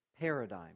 paradigm